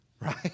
Right